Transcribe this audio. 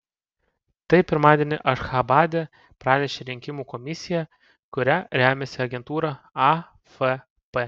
tai pirmadienį ašchabade pranešė rinkimų komisija kuria remiasi agentūra afp